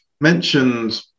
mentioned